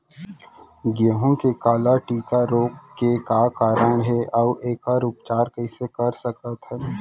गेहूँ के काला टिक रोग के कारण का हे अऊ एखर उपचार कइसे कर सकत हन?